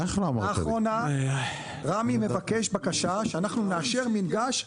לאחרונה רמ"י מבקש בקשה שאנחנו נאשר מינגש,